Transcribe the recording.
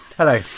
Hello